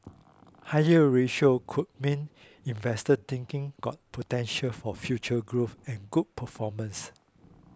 higher ratio could mean investors think got potential for future growth and good performance